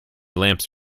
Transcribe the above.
lamps